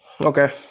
Okay